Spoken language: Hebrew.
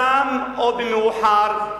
לגבי מצרים, אתם יודעים, במוקדם או במאוחר,